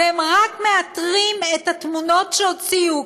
והם רק מאתרים את התמונות שהוציאו,